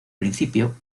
principio